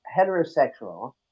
heterosexual